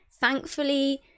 Thankfully